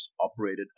operated